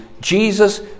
Jesus